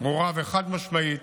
ברורה וחד-משמעית